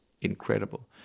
incredible